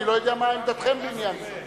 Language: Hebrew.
אני לא יודע מה עמדתכם בעניין זה.